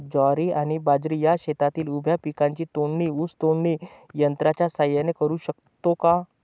ज्वारी आणि बाजरी या शेतातील उभ्या पिकांची तोडणी ऊस तोडणी यंत्राच्या सहाय्याने करु शकतो का?